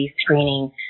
screening